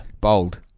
Bold